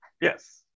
yes